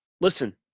listen